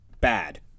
bad